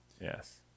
Yes